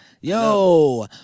Yo